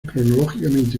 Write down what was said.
cronológicamente